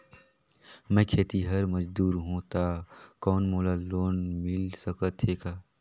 मैं खेतिहर मजदूर हों ता कौन मोला लोन मिल सकत हे का?